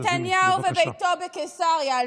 נתניהו וביתו בקיסריה.